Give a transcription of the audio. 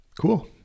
Cool